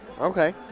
Okay